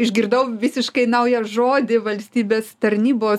išgirdau visiškai naują žodį valstybės tarnybos